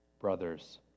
Brothers